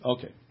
Okay